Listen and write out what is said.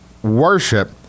worship